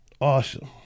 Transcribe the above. Awesome